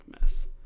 mess